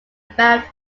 about